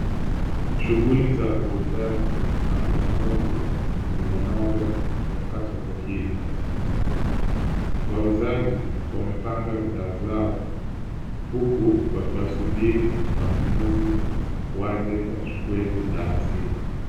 Shughuli za uuzaji na ununuzi zimenoga katika soko hili. Wauzaji wamepanga bidhaa zao huku wakiwasubiri wanunuzi waje wachukue bidhaa zile.